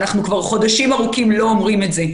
אנחנו כבר חודשים ארוכים לא אומרים את זה.